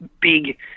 big